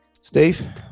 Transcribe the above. steve